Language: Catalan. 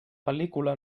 pel·lícula